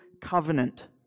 covenant